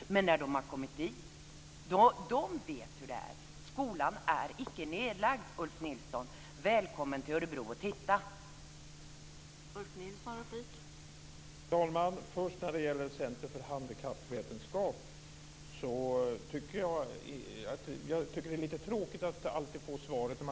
Men de som är där vet hur det är. Skolan är inte nedlagd, Ulf Nilsson. Välkommen till Örebro och titta själv.